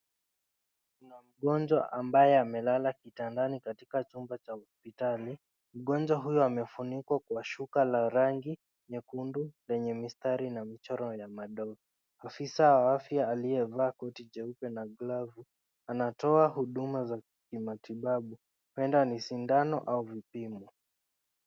Kuna mgonjwa ambaye amelala kitandani katika chumba cha hospitali. Mgonjwa huyu amefunikwa kwa shuka la rangi nyekundu, yenye mistari na michoro ya madoa. Afisa wa afya aliyevaa koti jeupe na glavu, anatoa huduma za kimatibabu. Huenda ni sindano au vipimo.